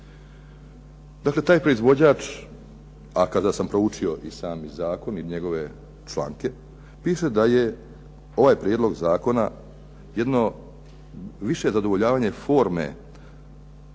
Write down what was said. Dakle, taj proizvođač a kada sam proučio sami Zakon i njegove članke, piše da je ovaj Prijedlog zakona jedno više zadovoljavanje forme u svrhu